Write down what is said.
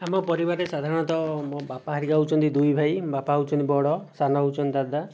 ଆମ ପରିବାରରେ ସାଧାରଣତଃ ମୋ' ବାପା ହେରିକା ହେଉଛନ୍ତି ଦୁଇ ଭାଇ ବାପା ହେଉଛନ୍ତି ବଡ଼ ସାନ ହେଉଛନ୍ତି ଦାଦା